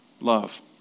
Love